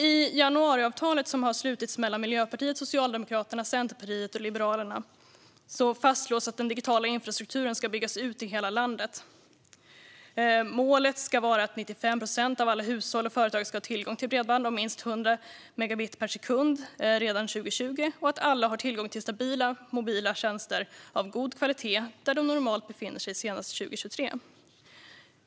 I januariavtalet som har slutits mellan Miljöpartiet, Socialdemokraterna, Centerpartiet och Liberalerna fastslås att den digitala infrastrukturen ska byggas ut i hela landet. Målet ska vara att 95 procent av alla hushåll och företag ska ha tillgång till bredband om minst 100 megabit per sekund redan 2020 och att alla har tillgång till stabila mobila tjänster av god kvalitet där de normalt befinner sig senast 2023.